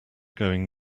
going